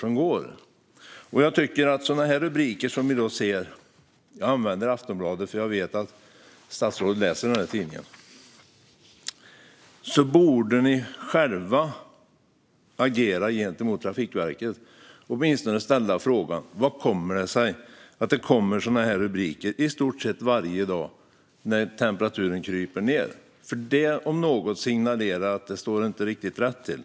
När vi ser sådana rubriker som i den artikel jag nu håller upp - jag använder förresten Aftonbladet för jag vet ju att statsrådet läser den - borde ni själva agera gentemot Trafikverket och åtminstone ställa frågan hur det kommer sig att sådana rubriker förekommer i stort sett varje dag när temperaturen kryper ned. Detta om något signalerar att det inte står riktigt rätt till.